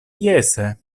jese